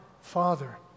father